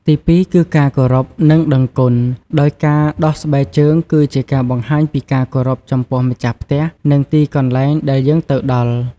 ទីពីរ គឺការគោរព និងដឹងគុណ ដោយការដោះស្បែកជើងគឺជាការបង្ហាញពីការគោរពចំពោះម្ចាស់ផ្ទះ និងទីកន្លែងដែលយើងទៅដល់។